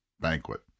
banquet